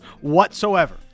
whatsoever